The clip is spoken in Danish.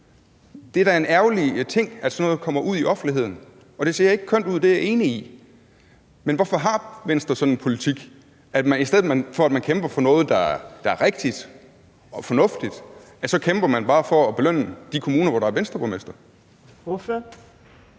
Det er da en ærgerlig ting, at sådan noget kommer ud i offentligheden, og det ser ikke kønt ud – det er jeg enig i. Men hvorfor har Venstre sådan en politik, at i stedet for at man kæmper for noget, der er rigtigt og fornuftigt, så kæmper man bare for at belønne de kommuner, hvor der er en Venstreborgmester? Kl.